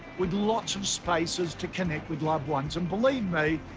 with lots of spaces to connect with loved ones. and believe me,